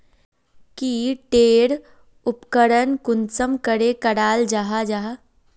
की टेर उपकरण कुंसम करे कराल जाहा जाहा?